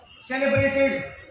celebrated